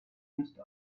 müsste